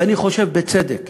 ואני חושב שבצדק.